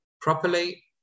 properly